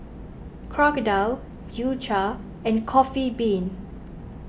Crocodile U Cha and Coffee Bean